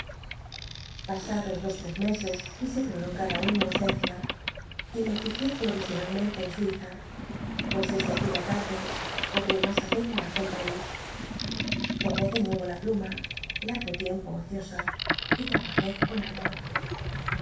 pasados los tres meses qu ise prolongar aun nri ausencia y me fojé pro isionalmente en suiz í puc desde aquella larde cobré mas apego ü que país l'omé de nne'o la pluma largo tiem po ociosa y llallajé con ardor